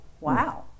Wow